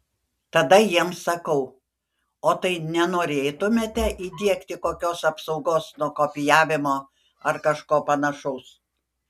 tada jiems sakau o tai nenorėtumėte įdiegti kokios apsaugos nuo kopijavimo ar kažko panašaus